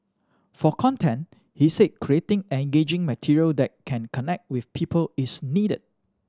for content he said creating engaging material that can connect with people is needed